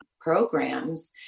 programs